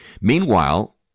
Meanwhile